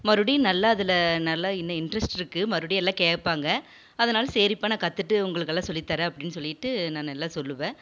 மறுபடியும் நல்லா அதில் நல்லா இன் இன்ட்ரெஸ்ட் இருக்குது மறுபடியும் எல்லாம் கேட்பாங்க அதனால் சரிப்பா நான் கத்துகிட்டு உங்களுக்கெல்லாம் சொல்லித்தரேன் அப்படின்னு சொல்லிட்டு நான் நல்லா சொல்லுவேன்